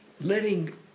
letting